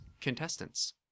contestants